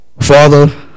Father